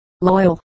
loyal